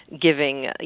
giving